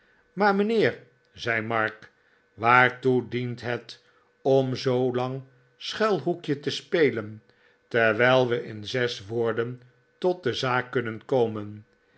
maar mijnheer zei mark waartoe dient het om zoolang schuilhoekje te spelen terwijl we in zes woorden tot de zaak kunnen komen